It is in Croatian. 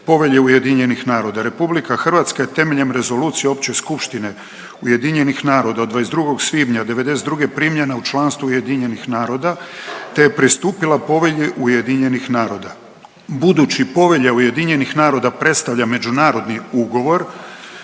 Ujedinjenih naroda. RH je temeljem Rezolucije Opće skupštine UN-a od 22. svibnja '92. primljena u članstvo Ujedinjenih naroda te je pristupila Povelji Ujedinjenih naroda. Budući Povelja Ujedinjenih naroda predstavlja međunarodni ugovor,